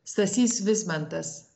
stasys vismantas